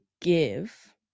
give